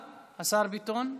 ביטון,